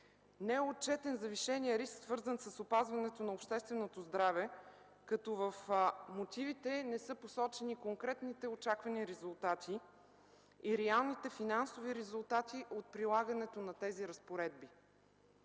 е отчетен завишеният риск, свързан с опазването на общественото здраве, като в мотивите не са посочени конкретните очаквани резултати и реалните финансови резултати от прилагането на тези разпоредби.